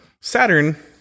Saturn